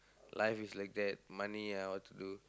life is like that money ah what to do